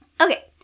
Okay